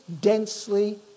densely